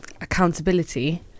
accountability